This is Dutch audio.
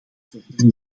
verder